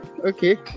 Okay